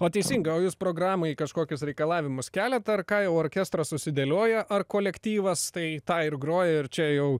o teisingai o jūs programai kažkokius reikalavimus keliat ar ką jau orkestras susidėlioja ar kolektyvas tai tą ir groja ir čia jau